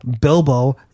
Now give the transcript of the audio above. Bilbo